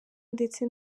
ndetse